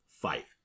fight